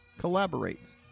collaborates